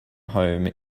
home